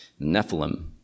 Nephilim